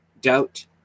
Doubt